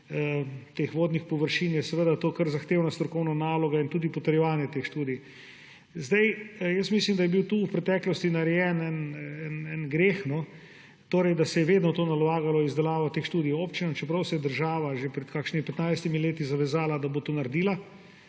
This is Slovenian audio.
teh vodnih površin, je seveda to kar zahtevna strokovna naloga in tudi potrjevanje teh študij. Mislim, da je bil tu v preteklosti narejen en greh, torej da se je vedno nalagalo izdelavo teh študij občinam, čeprav se je država že pred kakšnimi 15 leti zavezala, da bo to naredila